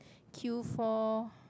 queue for